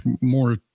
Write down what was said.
more